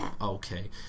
Okay